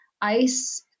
ice